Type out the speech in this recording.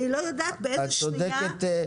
אני לא יודעת באיזו שנייה --- את צודקת.